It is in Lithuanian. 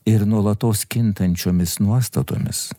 ir nuolatos kintančiomis nuostatomis